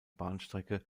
bahnstrecke